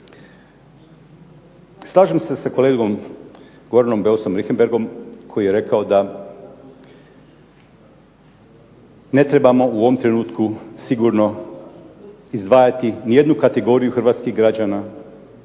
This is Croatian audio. Slažem se sa kolegom Goranom Beusom Richemberghom koji je rekao da ne trebamo u ovom trenutku sigurno izdvajati ni jednu kategoriju hrvatskih građana.